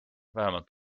vähemalt